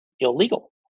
Illegal